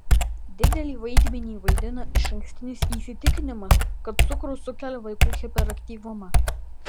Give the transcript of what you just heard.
didelį vaidmenį vaidina išankstinis įsitikinimas kad cukrus sukelia vaikų hiperaktyvumą